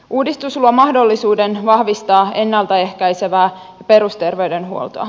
uudistus luo mahdollisuuden vahvistaa ennalta ehkäisevää perusterveydenhuoltoa